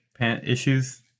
issues